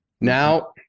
Now